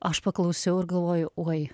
aš paklausiau ir galvoju oi